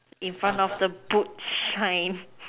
in front of the boot shine